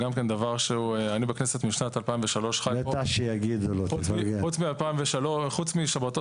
אני חי פה בכנסת משנת 2003 וחוץ משבתות